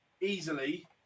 easily